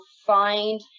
find